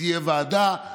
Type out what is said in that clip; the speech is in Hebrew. תהיה ועדה,